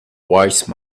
wise